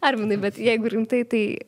arminai bet jeigu rimtai tai